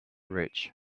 rich